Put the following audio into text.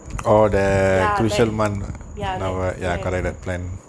ya that ya that planned